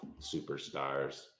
superstars